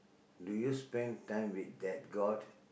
do you spend time with that god